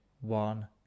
One